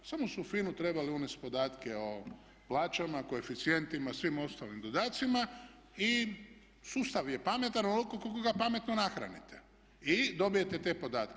Samo su u FINA-u trebali unesti podatke o plaćama, koeficijentima, svim ostalim dodacima i sustav je pametan onoliko koliko ga pametno nahranite i dobijete te podatke.